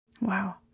Wow